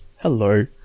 Hello